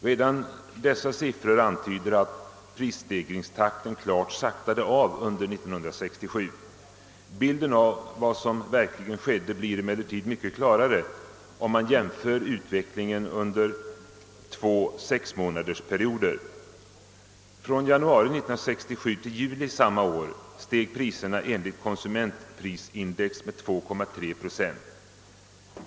Redan dessa siffror antyder att prisstegringstakten klart saktade av under år 1967. Bilden av vad som verkligen skedde blir emellertid mycket klarare, om man jämför utvecklingen under två sexmånadersperioder. Från januari 1967 till juli samma år steg priserna enligt konsumentprisindex med 2,3 procent.